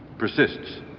persists.